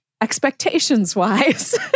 expectations-wise